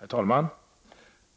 Herr talman!